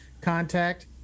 Contact